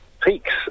peaks